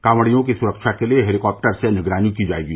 कॉवड़ियों की सुरक्षा के लिए हेलीकाप्टर से निगरानी की जायेगी